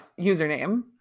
username